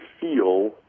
feel